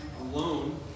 alone